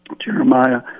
Jeremiah